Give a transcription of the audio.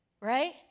Right